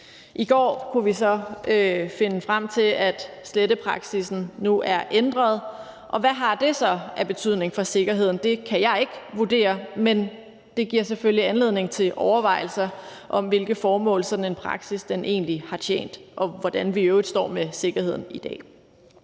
I går kunne vi så finde frem til, at slettepraksissen nu er ændret, og hvad har det så af betydning for sikkerheden? Det kan jeg ikke vurdere, men det giver selvfølgelig anledning til overvejelser om, hvilket formål sådan en praksis egentlig har tjent, og hvordan vi i øvrigt står med sikkerheden i dag.